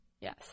Yes